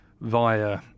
via